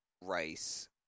rice